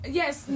yes